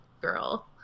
girl